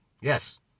Yes